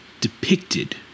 depicted